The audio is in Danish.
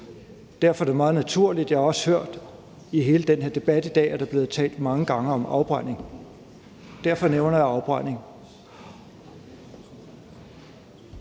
Derfor er det meget naturligt. Jeg har også hørt i hele den her debat i dag, at der er blevet talt mange gange om afbrænding. Derfor nævner jeg afbrænding.